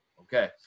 Okay